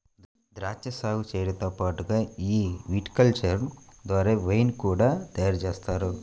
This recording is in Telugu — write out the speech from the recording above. ద్రాక్షా సాగు చేయడంతో పాటుగా ఈ విటికల్చర్ ద్వారా వైన్ ని కూడా తయారుజేస్తారు